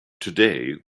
today